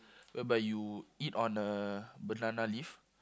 whereby you eat on a banana leaf